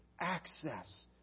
Access